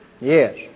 Yes